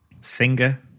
Singer